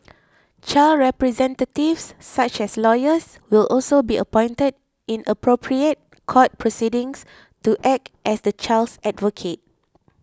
child representatives such as lawyers will also be appointed in appropriate court proceedings to act as the child's advocate